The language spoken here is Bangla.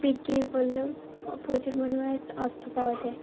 বিক্রি করলেও প্রচুর পরিমাণে অর্থ পাওয়া যায়